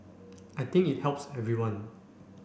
I think it helps everyone